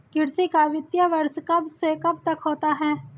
कृषि का वित्तीय वर्ष कब से कब तक होता है?